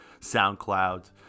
soundcloud